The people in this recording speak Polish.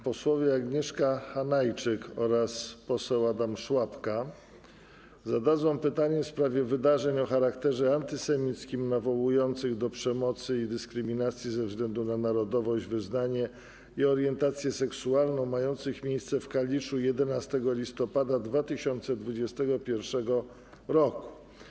Posłowie Agnieszka Hanajczyk oraz Adam Szłapka zadadzą pytanie w sprawie wydarzeń o charakterze antysemickim, nawołujących do przemocy i dyskryminacji ze względu na narodowość, wyznanie i orientację seksualną, mających miejsce w Kaliszu 11 listopada 2021 r.